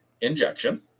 injection